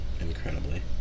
Incredibly